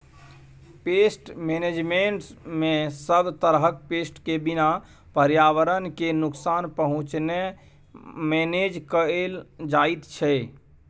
pest मेनेजमेन्टमे सब तरहक पेस्ट केँ बिना पर्यावरण केँ नुकसान पहुँचेने मेनेज कएल जाइत छै